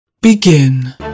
Begin